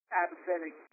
apathetic